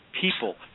people